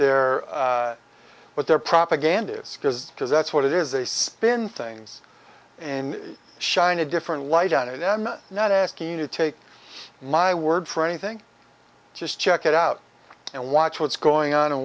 their what their propaganda is because because that's what it is a spin things and shine a different light on it i am not asking you to take my word for anything just check it out and watch what's going on and